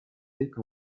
thick